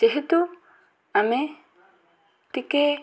ଯେହେତୁ ଆମେ ଟିକେ